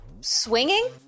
swinging